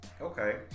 Okay